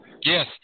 Yes